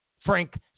Frank